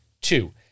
Two